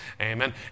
Amen